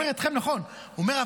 הוא אומר "אתכם", נכון, אבל הוא אומר: